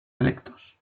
electos